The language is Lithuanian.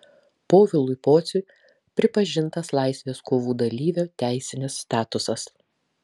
povilui pociui pripažintas laisvės kovų dalyvio teisinis statusas